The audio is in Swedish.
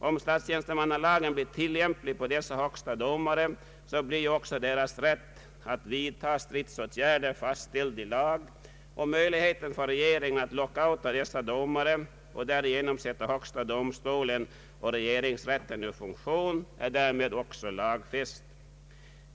Om statstjänstemannalagen blir tillämplig på dessa högsta domare, blir också deras rätt att vidta stridsåtgärder fastställd i lag, och möjligheten för regeringen att lockouta dessa domare och därigenom sätta högsta domstolen och regeringsrätten ur funktion är därmed också lagfäst.